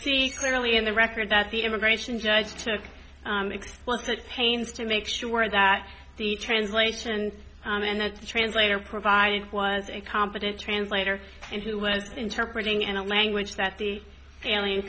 see clearly in the record that the immigration judge took explicit pains to make sure that the translations and the translator provided was a competent translator and who was interpreting in a language that the alien